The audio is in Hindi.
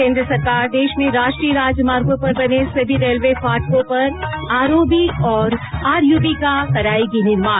केन्द्र सरकार देश में राष्ट्रीय राजमार्गों पर बने सभी रेलवे फाटकों पर आरओबी और आरयुबी का करायेगी निर्माण